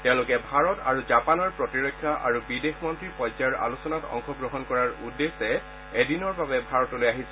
তেওঁলোকে ভাৰত আৰু জাপানৰ প্ৰতিৰক্ষা আৰু বিদেশ মন্ত্ৰী পৰ্যায়ৰ আলোচনাত অংশগ্ৰহণ কৰাৰ উদ্দেশ্যে এদিনৰ বাবে ভাৰতলৈ আহিছে